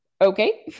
okay